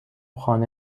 خانه